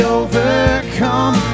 overcome